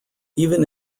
even